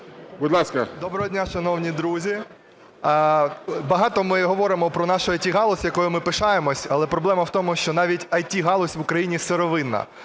Доброго дня, шановні друзі! Багато ми говоримо про нашу IT-галузь, якою ми пишаємося. Але проблема в тому, що навіть IT-галузь в Україні сировинна,